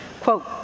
Quote